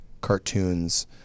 cartoons